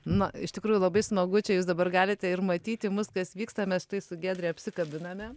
na iš tikrųjų labai smagu čia jūs dabar galite ir matyti mus kas vyksta mes štai su giedre apsikabiname